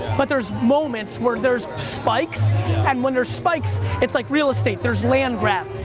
but there's moments where there's spikes and when there's spikes, it's like real estate. there's land grab.